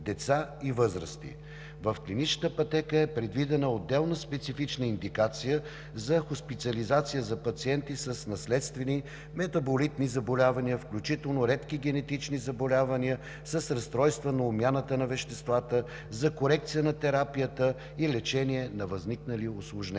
В клиничната пътека е предвидена отделна специфична индикация за хоспитализация на пациенти с наследствени метаболитни заболявания, включително редки генетични заболявания, с разстройства на обмяната на веществата, за корекция на терапията и лечение на възникнали усложнения.